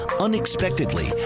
unexpectedly